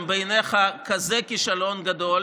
הם בעיניך כזה כישלון גדול,